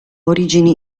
origine